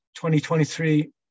2023